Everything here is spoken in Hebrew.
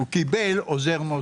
הוא קיבל עוזר נוסף.